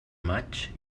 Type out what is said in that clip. maig